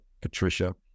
Patricia